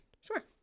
Sure